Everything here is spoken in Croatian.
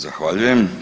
Zahvaljujem.